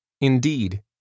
Indeed